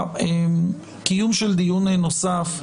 קיום של דיון נוסף,